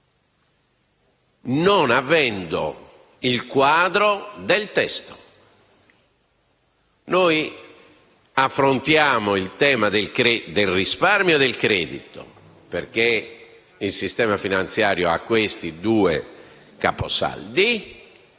non avendo il quadro del testo. Noi affrontiamo il tema del risparmio e del credito - perché il sistema finanziario ha questi due capisaldi